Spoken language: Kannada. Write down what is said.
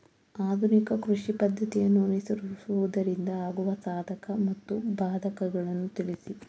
ಆಧುನಿಕ ಕೃಷಿ ಪದ್ದತಿಯನ್ನು ಅನುಸರಿಸುವುದರಿಂದ ಆಗುವ ಸಾಧಕ ಮತ್ತು ಬಾಧಕಗಳನ್ನು ತಿಳಿಸಿ?